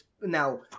Now